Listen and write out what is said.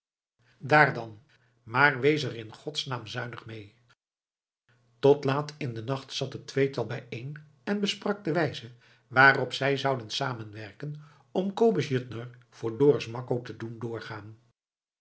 daar dan maar wees er in gods naam zuinig mee tot laat in den nacht zat het tweetal bijeen en besprak de wijze waarop zij zouden samenwerken om kobus juttner voor dorus makko te doen doorgaan